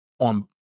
on